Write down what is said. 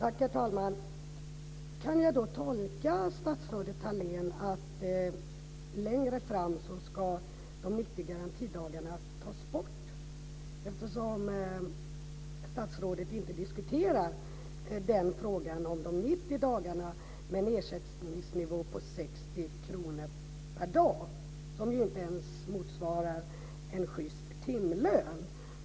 Herr talman! Kan jag tolka statsrådet Thalén så att de 90 garantidagarna längre fram ska tas bort, eftersom statsrådet inte diskuterar frågan om de 90 dagarna med en ersättningsnivå på 60 kr per dag? Det motsvarar ju inte ens en schyst timlön.